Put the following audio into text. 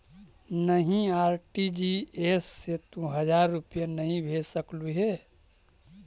नहीं, आर.टी.जी.एस से तू हजार रुपए नहीं भेज सकलु हे